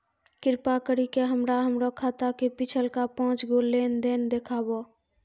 कृपा करि के हमरा हमरो खाता के पिछलका पांच गो लेन देन देखाबो